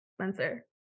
Spencer